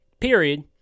period